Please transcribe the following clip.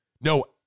No